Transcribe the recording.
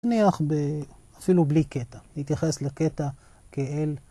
נניח אפילו בלי קטע, נתייחס לקטע כאל...